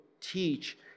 teach